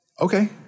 okay